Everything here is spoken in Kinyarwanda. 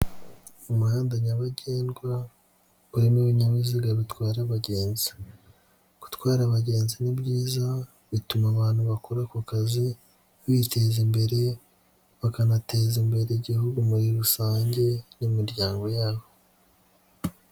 Umuhanda nyabagendwa urimo ibinyabiziga bitwara abagenzi, gutwara abagenzi ni byiza, bituma abantu bakora ako kazi bi biteza imbere, bakanateza imbere igihugu muri rusange n'imiryango yabo.